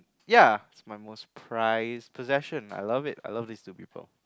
ya it's my most prized possession I love it I love these two people